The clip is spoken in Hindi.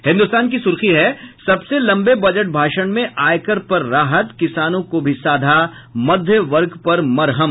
हिन्दुस्तान की सूर्खी है सबसे लंबे बजट भाषण में आयकर पर राहत किसानों को भी साधा मध्य वर्ग पर मरहम